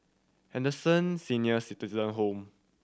Henderson Senior Citizen Home